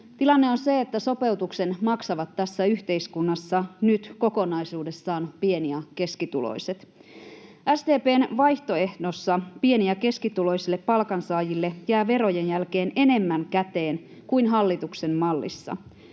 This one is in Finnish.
Tilanne on se, että sopeutuksen maksavat tässä yhteiskunnassa nyt kokonaisuudessaan pieni- ja keskituloiset. SDP:n vaihtoehdossa pieni- ja keskituloisille palkansaajille jää verojen jälkeen enemmän käteen kuin hallituksen mallissa.